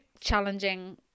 challenging